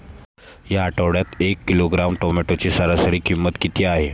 या आठवड्यात एक किलोग्रॅम टोमॅटोची सरासरी किंमत किती आहे?